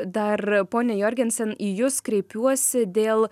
dar ponia jorgensen į jus kreipiuosi dėl